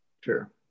Sure